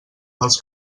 dels